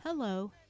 Hello